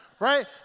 Right